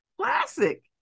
Classic